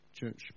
church